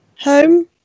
home